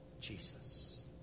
Jesus